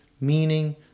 meaning